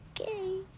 Okay